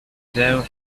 devil